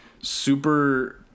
super